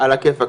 על הכיפאק,